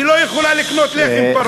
היא לא יכולה לקנות לחם פרוס.